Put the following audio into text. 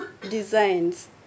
designs